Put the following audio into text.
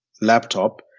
laptop